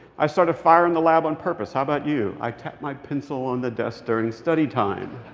i started a fire in the lab on purpose. how about you? i tapped my pencil on the desk during study time.